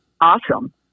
awesome